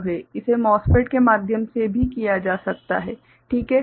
इसे MOSFET के माध्यम से भी किया जा सकता है ठीक है